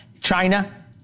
China